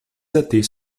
athées